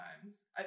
times